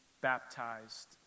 baptized